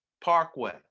Parkway